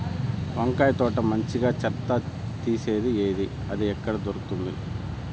వంకాయ తోట మంచిగా చెత్త తీసేది ఏది? అది ఎక్కడ దొరుకుతుంది?